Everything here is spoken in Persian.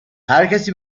هرکسی